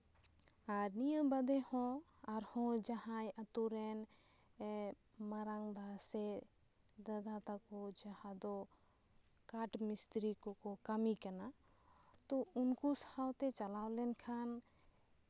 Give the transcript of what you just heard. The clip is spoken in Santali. ᱟᱨ ᱱᱤᱭᱟᱹ ᱵᱟᱫᱮ ᱦᱚᱸ ᱟᱨᱦᱚᱸ ᱡᱟᱦᱟᱸᱭ ᱟᱛᱳᱨᱮᱱ ᱢᱟᱨᱟᱝᱵᱟ ᱥᱮ ᱫᱟᱫᱟ ᱛᱟᱠᱚ ᱡᱟᱦᱟᱸ ᱫᱚ ᱠᱟᱴᱷ ᱢᱤᱥᱛᱤᱨᱤ ᱠᱚᱠᱚ ᱠᱟᱹᱢᱤ ᱠᱟᱱᱟ ᱛᱚ ᱩᱱᱠᱩ ᱥᱟᱶᱛᱮ ᱪᱟᱞᱟᱣ ᱞᱮᱱᱠᱷᱟᱱ